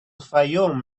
fayoum